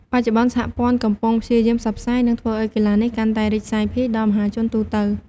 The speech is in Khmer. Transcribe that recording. បច្ចុប្បន្ន សហព័ន្ធកំពុងព្យាយាមផ្សព្វផ្សាយ និងធ្វើឲ្យកីឡានេះកាន់តែរីកសាយភាយដល់មហាជនទូទៅ។